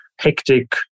hectic